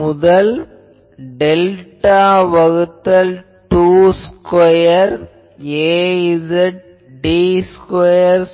முதல் டெல்டா வகுத்தல் 2 square Az dz square